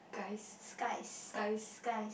skies skies